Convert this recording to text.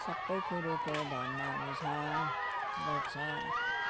सबै कुरोको धर्महरू छ गर्छ